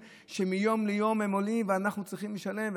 שמיום ליום הם עולים ואנחנו צריכים לשלם.